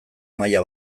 maila